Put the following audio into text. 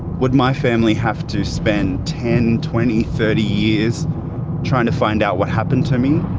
would my family have to spend ten, twenty, thirty years trying to find out what happened to me?